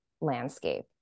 landscape